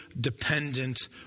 dependent